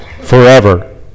forever